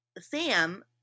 Sam